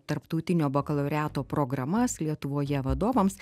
tarptautinio bakalaureato programas lietuvoje vadovams